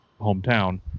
hometown